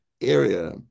area